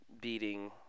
beating